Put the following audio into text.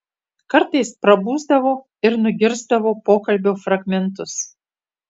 kartais prabusdavo ir nugirsdavo pokalbio fragmentus